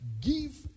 give